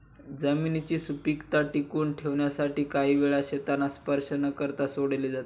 जमिनीची सुपीकता टिकवून ठेवण्यासाठी काही वेळा शेतांना स्पर्श न करता सोडले जाते